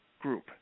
group